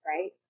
right